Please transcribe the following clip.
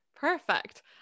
perfect